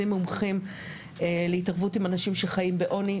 מומחים להתערבות עם אנשים שחיים בעוני,